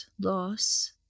loss